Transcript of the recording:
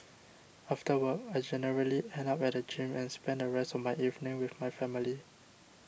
after work I generally end up at the gym and spend the rest of my evening with my family